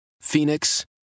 Phoenix